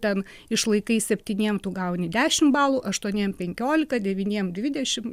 ten išlaikai septyniem tu gauni dešim balų aštuoniem penkiolika devyniem dvidešim